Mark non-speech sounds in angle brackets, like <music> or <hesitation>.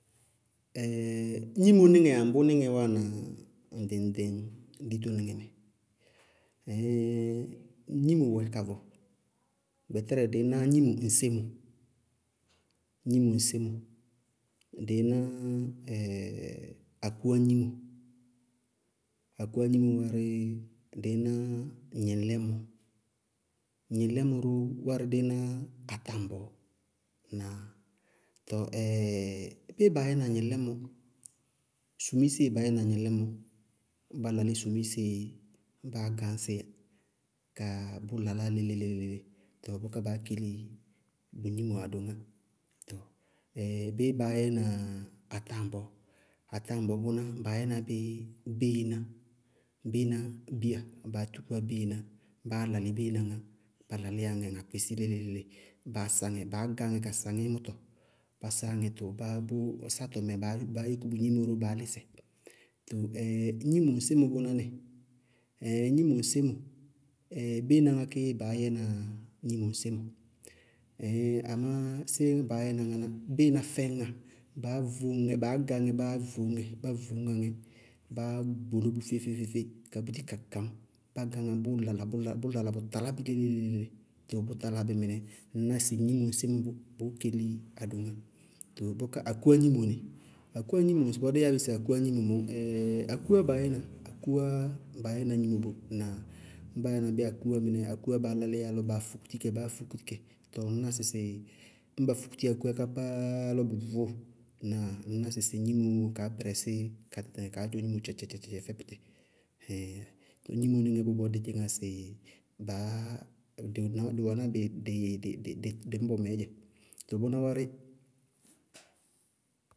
<hesitation> gnimonɩŋɛ aŋbʋ nɩŋɛ wáana ŋɖɩŋ-ŋɖɩŋ ditonɩŋɛ mɛ? <hesitation> gnimo wɛ kavʋ, gbɛtɛrɛ dɩíná gnimo ŋsémo, gnimo ŋsémo, dɩíná <hesitation> akúwá gnimo, akúwá gnimo wárɩ, dɩíná gnɩŋlɛmɔ, gnɩŋlɩmɔ dʋ wárɩ dɩíná atáŋbɔɔ. Tɔɔ <hesitation> béé baá yɛna gnɩŋlɛmɔ bʋ? Sumiseé baá yɛna gnɩŋlɛmɔ, ñba lalí sumise báá gañ sɩ kaá bʋ laláa léle-léle, tɔɔ bʋká baá keli bʋ gnimo adoŋá. Tɔɔ <hesitation> béé baá yɛna atáŋbɔɔ? Atáŋbɔɔ bʋná, baá yɛna bí béená, béená biya baa túkúwá béená, báá lalɩ béená ŋá, báá lalɩ ŋɛ ŋá kpɩsí léle-léle báá saŋɛ baá gáŋ ŋɛ ka sá ŋɛ mʋtɔ. Bá sáa ŋɛ to baá dʋ sátɔmɛ baá yúku bʋ gnimo ró baá lísɩ. To <hesitation> gnimo ŋsémo bʋná nɩ? Ɛ gnimo ŋsémo ɛ béená ŋákéé baá yɛna gnimo ŋsémo, <hesitation> amá ŋáná séé baá yɛna ŋáná béená fɛñŋa, baá vóŋŋɛ báá gañŋɛ báá voñŋɛ. Bá voñŋá ŋɛ báá gboló bʋ feé-feé-feé-feé ka búti ka gañ bá gañŋá bʋʋ lala bʋ lalá bʋ talá bɩ léle-léle-léle-léle. Tɔɔ bʋ taláa bí mɩnɛ too ŋñ ná sɩ gnimo ŋsémo bʋ bʋʋ keli gnimo adoŋá. Too bʋká akúwá gnimo nɩ? Akúwá gnimo ŋsɩbɔɔ dí yáa bí sɩ akúwá gnimo mɔɔ, <hesitation> akúwáá baá yɛna bí, akúwáá baá yɛna gnimo bʋ. Bá yáana bi akúwá mɩnɛ akúwáá baá lalíyá lɔ baá fukuti kɛ báá fukuti kɛ. Tɔɔ ŋñná sɩsɩ ñ ba fukuti akúwá ká pááá lɔ bʋ vʋʋ, ŋnáa? Ŋñá sɩsɩ gnimoó kaá bɛrɛsí ka tɩtɩŋɛ kaá dzɔ gnimo tchatchatcha fɛ bʋtɩ, <hesitation> tɔɔ gnímɩrɛ bʋ bɔɔ dí dzɩñŋá sɩ baá, dɩ wɛná dɩ wɛná, dɩ-dɩ- dɩñbɔ mɛɛ dzɛ. Too bʋná wárɩ.